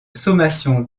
sommation